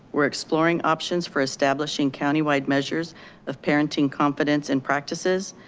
we're exploring options for establishing county wide measures of parenting competence and practices,